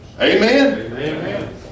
Amen